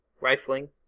rifling